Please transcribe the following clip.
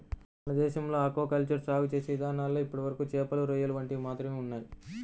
మన దేశంలో aquaculture సాగు చేసే ఇదానాల్లో ఇప్పటివరకు చేపలు, రొయ్యలు వంటివి మాత్రమే ఉన్నయ్